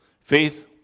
Faith